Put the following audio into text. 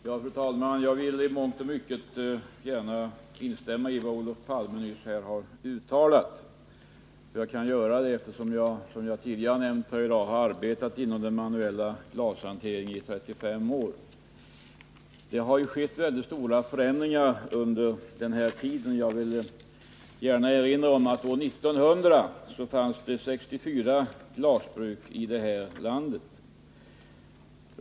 Fru talman! Jag vill i mångt och mycket gärna instämma i vad Olof Palme nyss har uttalat. Jag kan göra det efter att, som jag tidigare har nämnt i dag, ha arbetat inom den manuella glashanteringen i 35 år. Det har skett mycket stora förändringar under den tiden. Låt mig erinra om att det år 1900 fanns 64 glasbruk i landet.